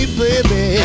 baby